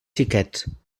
xiquets